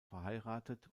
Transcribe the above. verheiratet